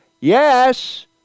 Yes